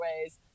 ways